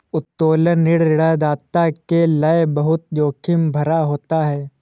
उत्तोलन ऋण ऋणदाता के लये बहुत जोखिम भरा होता है